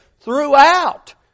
throughout